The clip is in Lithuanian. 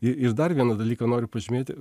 i ir dar vieną dalyką noriu pažymėti